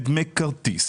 בדמי כרטיס,